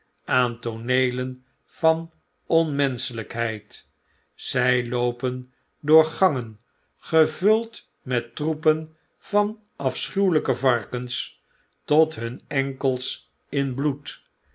aan tooneelen van onmenschelijkheid zfl loopen door gangen gevuld mettroepen van afschuwelgke varkens tot hun enkels in bloed